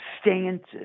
stances